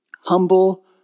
Humble